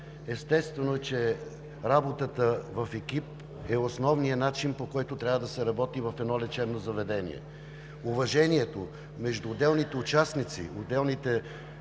Естествено е, че работата в екип е основният начин, по който трябва да се работи в едно лечебно заведение. Уважението между отделните участници, отделните